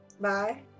Bye